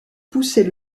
pousser